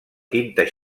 tinta